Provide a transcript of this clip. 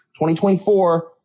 2024